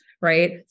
Right